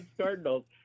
Cardinals